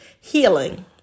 healing